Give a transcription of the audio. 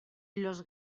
los